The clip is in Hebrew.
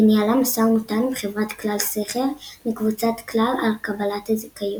וניהלה משא ומתן עם חברת "כלל סחר" מקבוצת כלל על קבלת הזיכיון.